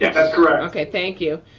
yeah that's correct. okay, thank you.